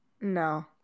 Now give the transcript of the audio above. No